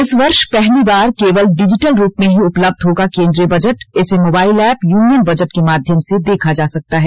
इस वर्ष पहली बार केवल डिजिटल रूप में ही उपब्लध होगा केन्द्रीय बजट इसे मोबाइल ऐप यूनियन बजट के माध्यम से देखा जा सकता है